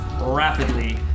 rapidly